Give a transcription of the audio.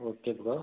okay bro